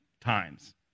times